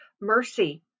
mercy